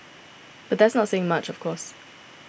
but that's not saying much of course